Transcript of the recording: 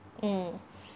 mm